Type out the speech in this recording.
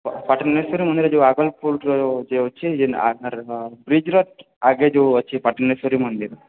ପାଟେଣିଶ୍ୱରୀ ମନ୍ଦିର ଯୋଉ ଆଗଲପୁର୍ରେ ଯୋଉ ଯେଉଁ ଅଛି ଯେଉଁ ଆକାରରେ ବ୍ରିଜ୍ର ଆଗେ ଯୋଉ ଅଛି ପାଟଣେଶ୍ୱରୀ ମନ୍ଦିର